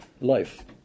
life